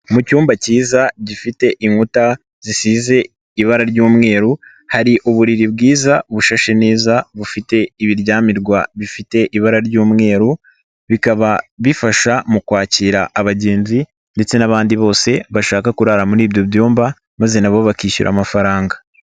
Mu cyumba cyiza gifite inkuta zisize ibara ry'umweru hari uburiri bwiza bushashe neza bufite ibiryamirwa bifite ibara ry'umweru bikaba bifasha mu kwakira abagenzi ndetse n'abandi bose bashaka kurara muri ibyo byumba maze na bo bakishyura amafaranga.